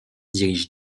dirige